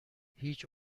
هیچ